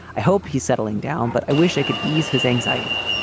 i hope he's settling down, but i wish i could ease his anxiety.